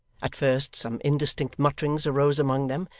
at first some indistinct mutterings arose among them,